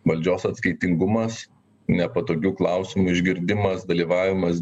valdžios atskaitingumas nepatogių klausimų išgirdimas dalyvavimas